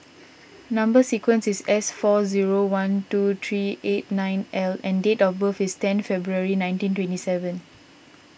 Number Sequence is S four zero one two three eight nine L and date of birth is ten February nineteen twenty seven